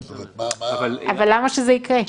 אבל תחשבי מה יכול לקרות --- אבל למה שזה ייקרה?